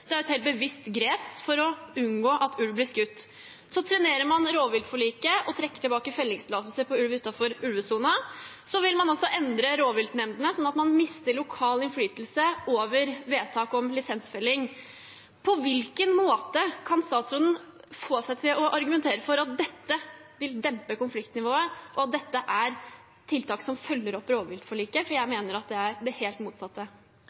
det er et helt bevisst grep for å unngå at ulv blir skutt. Så trenerer man rovviltforliket og trekker tilbake fellingstillatelser på ulv utenfor ulvesonen, og man vil endre rovviltnemndene, sånn at man mister lokal innflytelse over vedtak om lisensfelling. På hvilken måte kan statsråden få seg til å argumentere for at dette vil dempe konfliktnivået, og at dette er tiltak som følger opp rovviltforliket? Jeg mener at det er det helt motsatte.